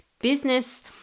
business